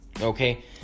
Okay